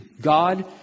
God